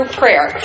prayer